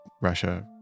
Russia